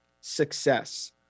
success